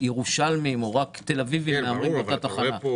ירושלמים או רק תל אביבים מהמרים באותה תחנה.